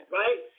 right